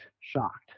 shocked